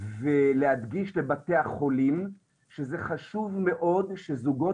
ולהדגיש לבתי החולים שזה חשוב מאוד שזוגות